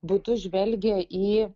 būdu žvelgia į